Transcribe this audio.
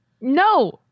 No